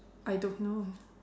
I don't know